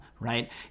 Right